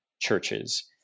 churches